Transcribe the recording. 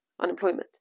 unemployment